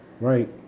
Right